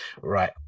Right